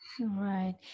Right